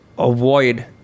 avoid